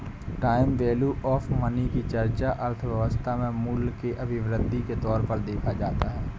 time value of money की चर्चा अर्थव्यवस्था में मूल्य के अभिवृद्धि के तौर पर देखा जाता है